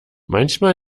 manchmal